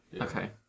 Okay